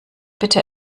bitte